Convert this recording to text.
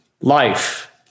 life